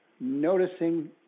noticing